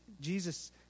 Jesus